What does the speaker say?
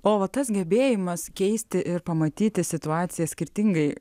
o va tas gebėjimas keisti ir pamatyti situaciją skirtingai